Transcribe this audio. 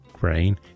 grain